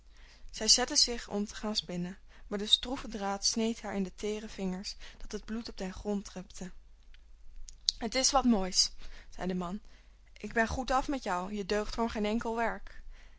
zij zette zich om te gaan spinnen maar de stroeve draad sneed haar in de teere vingers dat het bloed op den grond drupte t is wat moois zei de man ik ben goed af met jou je deugt voor geen enkel werk